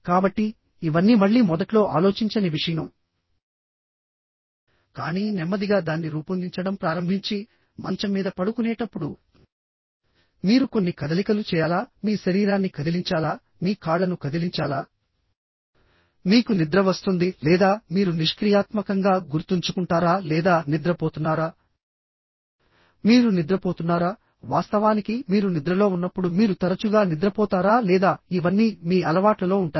కాబట్టి ఇవన్నీ మళ్ళీ మొదట్లో ఆలోచించని విషయం కానీ నెమ్మదిగా దాన్ని రూపొందించడం ప్రారంభించి మంచం మీద పడుకునేటప్పుడు మీరు కొన్ని కదలికలు చేయాలా మీ శరీరాన్ని కదిలించాలా మీ కాళ్ళను కదిలించాలా మీకు నిద్ర వస్తుంది లేదా మీరు నిష్క్రియాత్మకంగా గుర్తుంచుకుంటారా లేదా నిద్రపోతున్నారా మీరు నిద్రపోతున్నారా వాస్తవానికి మీరు నిద్రలో ఉన్నప్పుడు మీరు తరచుగా నిద్రపోతారా లేదా ఇవన్నీ మీ అలవాట్లలో ఉంటాయి